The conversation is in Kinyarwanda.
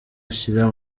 ashyira